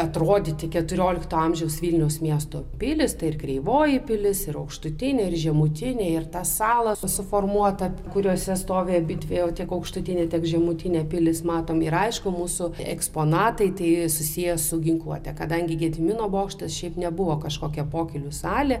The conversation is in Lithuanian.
atrodyti keturiolikto amžiaus vilniaus miesto pilys tai ir kreivoji pilis ir aukštutinė ir žemutinė ir tą salą suformuota kuriose stovi abidvi tiek aukštutinė tiek žemutinė pilis matom ir aišku mūsų eksponatai tai susiję su ginkluote kadangi gedimino bokštas šiaip nebuvo kažkokia pokylių salė